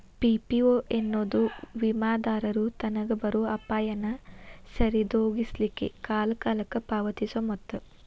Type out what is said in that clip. PPO ಎನ್ನೊದು ವಿಮಾದಾರರು ತನಗ್ ಬರೊ ಅಪಾಯಾನ ಸರಿದೋಗಿಸ್ಲಿಕ್ಕೆ ಕಾಲಕಾಲಕ್ಕ ಪಾವತಿಸೊ ಮೊತ್ತ